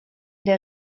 der